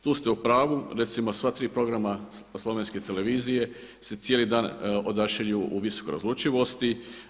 Tu ste u pravu, recimo sva tri programa od slovenske televizije se cijeli dan odašilju u visokoj razlučivosti.